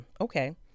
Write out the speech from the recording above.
okay